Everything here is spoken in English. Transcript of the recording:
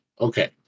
okay